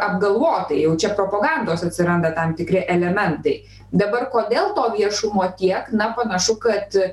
apgalvotai jau čia propagandos atsiranda tam tikri elementai dabar kodėl to viešumo tiek na panašu kad